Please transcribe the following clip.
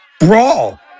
Brawl